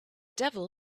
devil